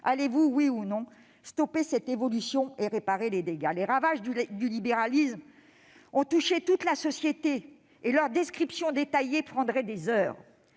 Allez-vous, oui ou non, stopper cette évolution et réparer les dégâts ? Les ravages du libéralisme ont touché toute la société, et leur description détaillée prendrait des heures.